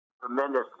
tremendous